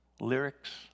lyrics